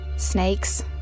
Snakes